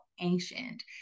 ancient